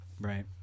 Right